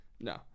No